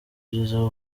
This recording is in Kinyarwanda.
byiza